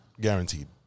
guaranteed